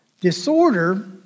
Disorder